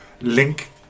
link